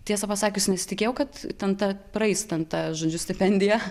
tiesą pasakius nesitikėjau kad ten ta praeis ten ta žodžiu stipendija